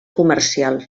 comercial